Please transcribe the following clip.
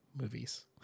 movies